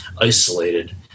isolated